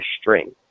string